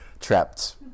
trapped